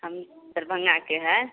हम दरभंगा के है